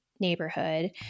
neighborhood